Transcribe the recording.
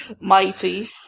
Mighty